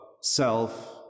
self